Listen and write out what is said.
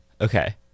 okay